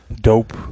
dope